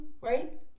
right